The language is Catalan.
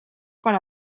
per